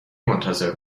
منتظر